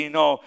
no